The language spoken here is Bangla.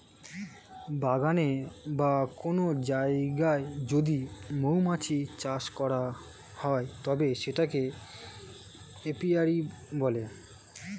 বাগানে বা কোন জায়গায় যদি মৌমাছি চাষ করা হয় তবে সেটাকে এপিয়ারী বলে